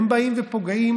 הם באים ופוגעים